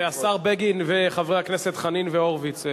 השר בגין וחברי הכנסת חנין והורוביץ,